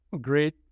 great